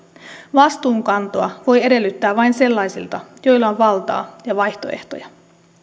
vastuunkantoa voi edellyttää vain sellaisilta joilla on valtaa ja vaihtoehtoja